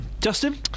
Justin